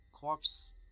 corpse